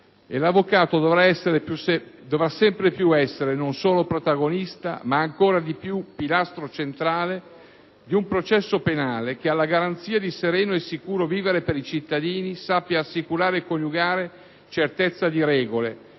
E l'avvocato dovrà sempre più essere non solo protagonista, ma - ancor di più - pilastro centrale di un processo penale che alla garanzia di sereno e sicuro vivere per i cittadini sappia assicurare e coniugare certezza di regole,